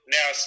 Now